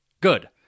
Good